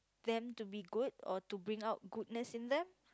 them to be good or to bring out goodness in them